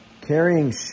carrying